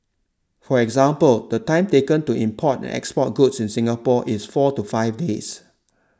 for example the time taken to import and export goods in Singapore is four to five days